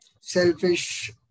selfish